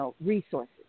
resources